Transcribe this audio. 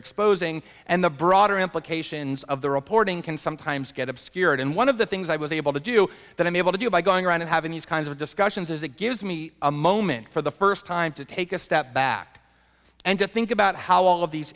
exposing and the broader implications of the reporting can sometimes get obscured and one of the things i was able to do that i'm able to do by going around and having these kinds of discussions is it gives me a moment for the first time to take a step back and to think about how all of these